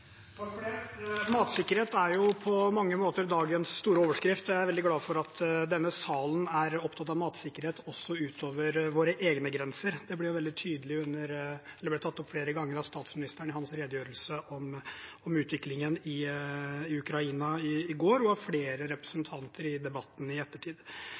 Matsikkerhet er på mange måter dagens store overskrift, og jeg er veldig glad for at denne salen er opptatt av matsikkerhet også utover våre egne grenser. Det ble tatt opp flere ganger av statsministeren i hans redegjørelse om utviklingen i Ukraina i går og av flere representanter i debatten i ettertid.